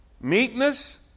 meekness